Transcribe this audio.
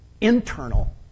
internal